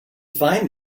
find